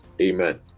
amen